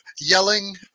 yelling